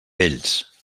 vells